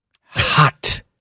Hot